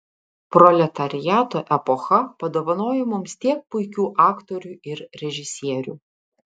proletariato epocha padovanojo mums tiek puikių aktorių ir režisierių